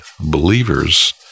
believers